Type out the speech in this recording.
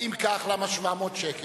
אם כך, למה 700 שקל?